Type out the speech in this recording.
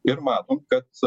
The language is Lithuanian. ir matom kad